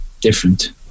different